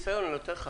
הוועדה.